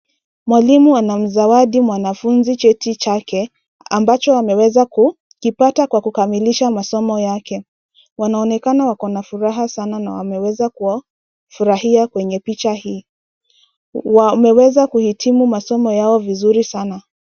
Mwalimu anamzawadi mwanafunzi cheti chake, ambacho ameweza kukipata kwa kukamilisha masomo yake. Wanaonekana wako na furaha sana na wameweza kuwafurahia kwenye picha hii. Wameweza kuhitimu masomo yao vizuri sana.